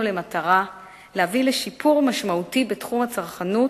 למטרה להביא לשיפור משמעותי בתחום הצרכנות,